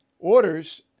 Orders